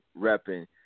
repping